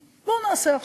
בואו נעשה משאל עם עכשיו,